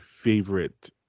favorite